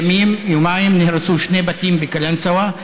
כמה ימים, יומיים, נהרסו שני בתים בקלנסווה,